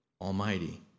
Almighty